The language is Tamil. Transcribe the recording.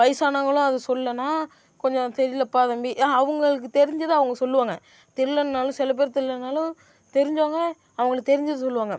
வயசானவங்களும் அதை சொல்லன்னா கொஞ்சம் தெரியலப்பா தம்பி ஆ அவங்களுக்கு தெரிஞ்சதை அவங்க சொல்லுவாங்கள் தெரியலன்னாலும் சில பேர் தெரியலன்னாலும் தெரிஞ்சவங்க அவங்களுக்கு தெரிஞ்சதை சொல்லுவாங்கள்